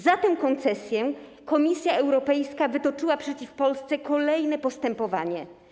Za tę koncesję Komisja Europejska wytoczyła przeciw Polsce kolejne postępowanie.